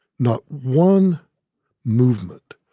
not one movement,